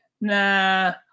nah